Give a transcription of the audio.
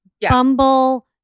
Bumble